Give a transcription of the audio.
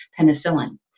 penicillin